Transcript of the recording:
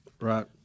Right